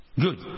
Good